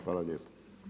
Hvala lijepo.